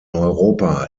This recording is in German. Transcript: europa